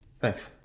thanks